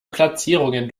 platzierungen